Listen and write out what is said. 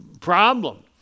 problem